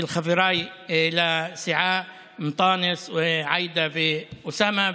של חבריי לסיעה אנטאנס, עאידה ואוסאמה.